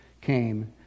came